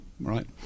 right